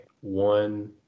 one